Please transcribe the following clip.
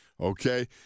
Okay